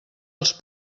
als